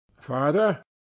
Father